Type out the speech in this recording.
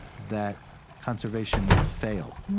that conservation will fail,